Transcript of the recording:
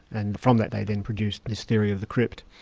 and from that they then produce this theory of the crypt.